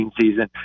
season